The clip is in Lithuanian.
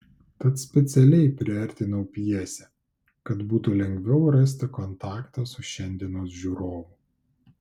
tad specialiai priartinau pjesę kad būtų lengviau rasti kontaktą su šiandienos žiūrovu